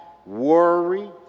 Worry